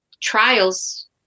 trials